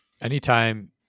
anytime